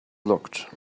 locked